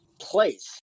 place